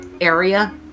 area